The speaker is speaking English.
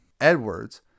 Edwards